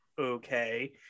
okay